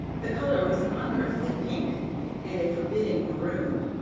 the color was an unearthly pink and a forbidding maroon,